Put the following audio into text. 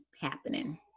happening